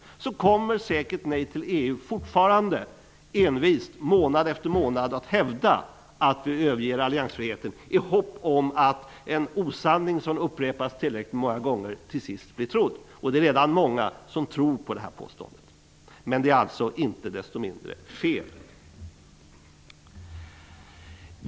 Nej till EU kommer säkert fortfarande att envist, månad efter månad, hävda att vi överger alliansfriheten -- i hopp om att en osanning som upprepas tillräckligt många gånger till sist blir trodd. Det är redan många som tror på detta påstående. Det är inte desto mindre fel.